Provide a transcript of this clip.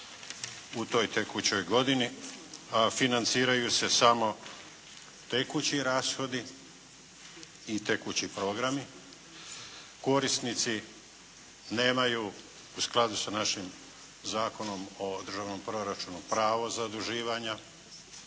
u toj tekućoj godini a financiraju se samo tekući rashodi i tekući programi, korisnici nemaju u skladu sa našim Zakonom o državnom proračunu pravo zaduživanja